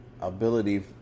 ability